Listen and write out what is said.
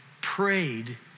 prayed